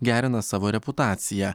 gerina savo reputaciją